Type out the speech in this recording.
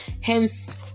Hence